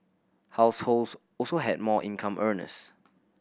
households also had more income earners